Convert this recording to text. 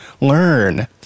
Learn